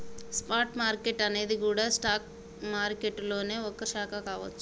spot market అనేది గూడా stock మారికెట్టులోనే ఒక శాఖ కావచ్చు